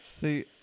See